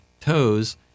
toes